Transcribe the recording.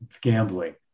gambling